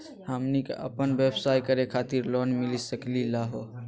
हमनी क अपन व्यवसाय करै खातिर लोन मिली सकली का हो?